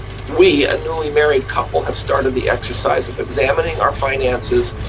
we, a newly married couple, have started the exercise of examining our finances,